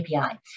API